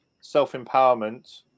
self-empowerment